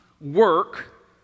work